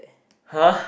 [huh]